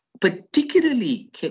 particularly